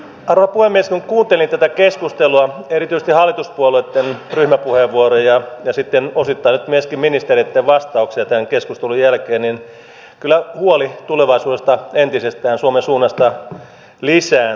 kun kuuntelin tätä keskustelua erityisesti hallituspuolueitten ryhmäpuheenvuoroja ja sitten osittain nyt myöskin ministereitten vastauksia tämän keskustelun jälkeen niin kyllä huoli tulevaisuudesta entisestään suomen suunnasta lisääntyi